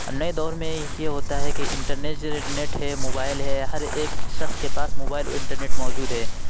نئے دور میں یہ ہوتا ہے کہ انٹرنج نیٹ ہے موبائل ہے ہر ایک شخص کے پاس موبائل اور انٹرنیٹ موجود ہے